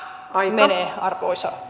menee arvoisa